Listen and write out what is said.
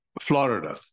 Florida